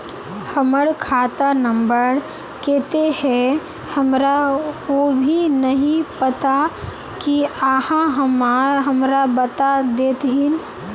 हमर खाता नम्बर केते है हमरा वो भी नहीं पता की आहाँ हमरा बता देतहिन?